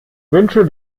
wünsche